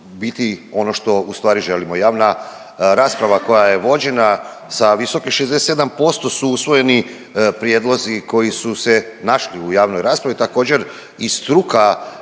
biti ono što ustvari želimo. Javna rasprava koja je vođena sa visokih 67% su usvojeni prijedlozi koji su se našli u javnoj raspravi. Također i struka